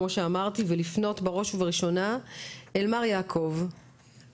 כמו שאמרתי ואני רוצה לפנות בראש ובראשונה אל מר יעקב חי.